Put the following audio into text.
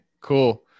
cool